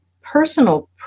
personal